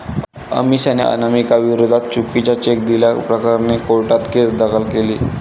अमिषाने अनामिकाविरोधात चुकीचा चेक दिल्याप्रकरणी कोर्टात केस दाखल केली